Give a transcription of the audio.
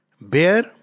bear